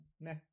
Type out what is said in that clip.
nah